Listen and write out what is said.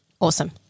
awesome